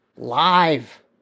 live